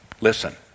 Listen